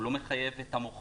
הוא לא מחייב את המוכר